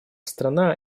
страна